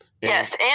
Yes